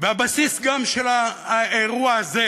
והבסיס גם של האירוע הזה